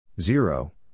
Zero